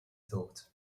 thought